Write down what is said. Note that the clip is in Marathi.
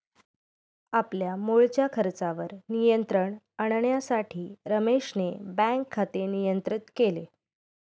आपल्या मुळच्या खर्चावर नियंत्रण आणण्यासाठी रमेशने बँक खाते नियंत्रित केले